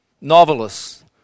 Novelists